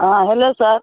हाँ hello sir